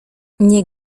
nie